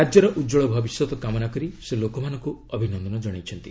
ରାଜ୍ୟର ଉଜ୍ଜଳ ଭବିଷ୍ୟତ କାମନା କରି ସେ ଲୋକମାନଙ୍କୁ ଅଭିନନ୍ଦନ ଜଣାଇଛନ୍ତି